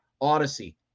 Odyssey